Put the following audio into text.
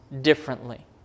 differently